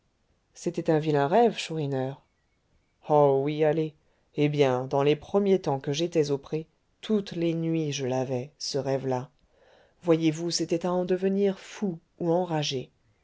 c'était un vilain rêve chourineur oh oui allez eh bien dans les premiers temps que j'étais au pré toutes les nuits je l'avais ce rêve là voyez-vous c'était à en devenir fou ou enragé